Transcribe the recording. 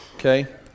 Okay